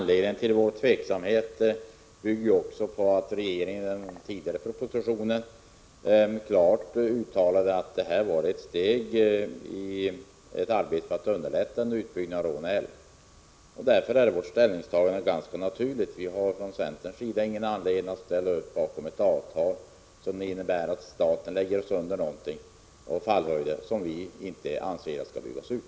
Herr talman! Vår tveksamhet bygger på att regeringen i den tidigare propositionen klart uttalade att avtalet var ett steg i ett arbete för att underlätta en utbyggnad av Råneälven. Därför är vårt ställningstagande ganska naturligt. Vi har från centerns sida ingen anledning att ställa oss bakom ett avtal som innebär att staten lägger under sig fallhöjder som vi anser inte skall byggas ut.